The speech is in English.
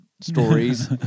stories